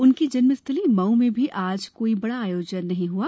उनकी जन्मस्थली मऊ में भी आज कोई बडा आयोजन नहीं हआ